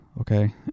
okay